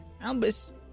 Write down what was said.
Albus